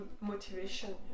motivation